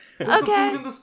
Okay